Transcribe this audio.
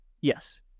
Yes